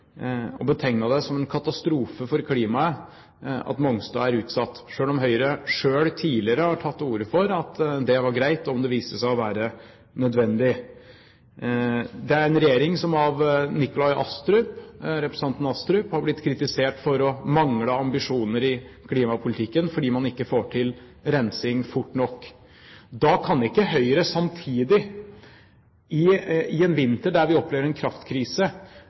det som en katastrofe for klimaet at Mongstad er utsatt, selv om Høyre selv tidligere har tatt til orde for at det var greit, om det viste seg å være nødvendig. Regjeringen har av representanten Astrup blitt kritisert for å mangle ambisjoner i klimapolitikken, fordi man ikke får til rensing fort nok. Da kan ikke Høyre samtidig, i en vinter der vi opplever en kraftkrise,